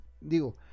digo